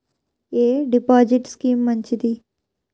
ఎ deposit scheme మంచిది?